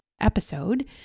episode